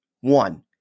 one